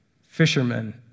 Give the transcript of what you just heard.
fishermen